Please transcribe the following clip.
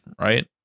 right